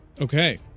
Okay